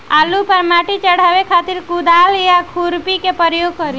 आलू पर माटी चढ़ावे खातिर कुदाल या खुरपी के प्रयोग करी?